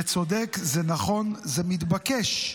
זה צודק, זה נכון, זה מתבקש.